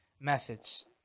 methods